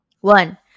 One